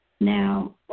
Now